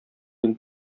инде